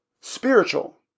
Spiritual